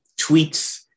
tweets